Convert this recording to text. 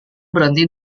berhenti